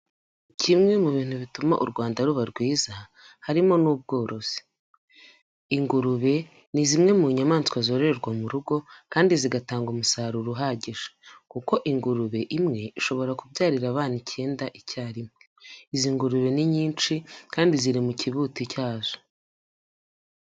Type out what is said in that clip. Kimwe mu bintu bituma u Rwanda ruba rwiza, harimo n'ubworozi. Ingurube ni zimwe mu nyamaswa zororerwa mu rugo kandi zigatanga umusaruro uhagije kuko ingurube imwe ishobora kubyarira abana icyenda icyarimwe. Izi ngurube ni nyinshi kandi ziri mu kibuti cyazo.